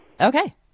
Okay